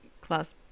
class